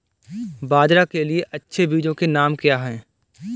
बाजरा के लिए अच्छे बीजों के नाम क्या हैं?